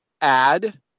add